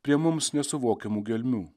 prie mums nesuvokiamų gelmių